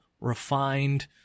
refined